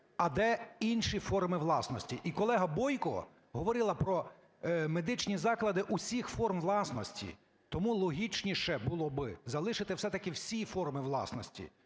А де і інші форми власності? І колега Бойко говорила про медичні заклади усіх форм власності. Тому логічніше було би залишити все-таки всі форми власності,